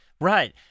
Right